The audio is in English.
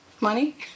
Money